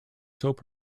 soap